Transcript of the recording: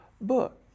book